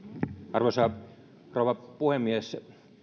arvoisa rouva puhemies